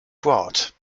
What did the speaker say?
brought